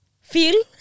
Feel